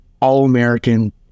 all-American